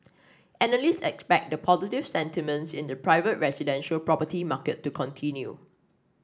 analysts expect the positive sentiments in the private residential property market to continue